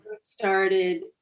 started